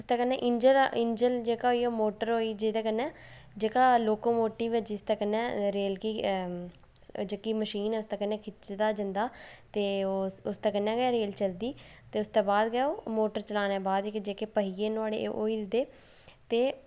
उसदे कन्नै इंजन होई गेआ मोटर होई जेह्दे कन्नै जेह्का लोको मोटिब ऐ जिसदे कन्नै रेल ऐ जेह्की मशीन ऐ उसदे कन्नै खिचदा जंदा ऐ उसदे कन्नै गै रेल चलदी ते इसदे बाद गै ओह् मोटर चलाने दे बाद जेह्के पेहिये नुहाड़े ओह् हिलदे ते